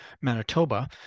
Manitoba